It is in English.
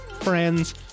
friends